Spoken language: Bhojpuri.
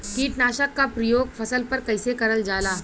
कीटनाशक क प्रयोग फसल पर कइसे करल जाला?